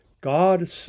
God